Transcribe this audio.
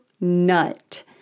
nut